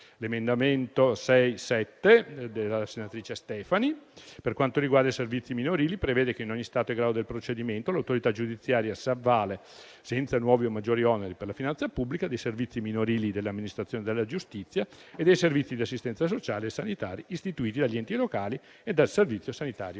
L'emendamento 6.7 della senatrice Stefani riguarda i servizi minorili e prevede che in ogni stato e grado del procedimento l'autorità giudiziaria si avvalga, senza nuovi o maggiori oneri per la finanza pubblica, dei servizi minorili dell'amministrazione della giustizia e dei servizi di assistenza sociale e sanitari istituiti dagli enti locali e dal Servizio sanitario